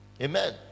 amen